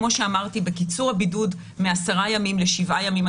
כמו שאמרתי בקיצור הבידוד מעשרה ימים לשבעה ימים,